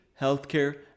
healthcare